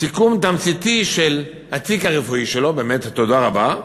סיכום תמציתי של התיק הרפואי שלו, באמת, תודה רבה,